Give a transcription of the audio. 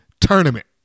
tournament